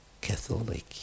Catholic